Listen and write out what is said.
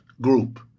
group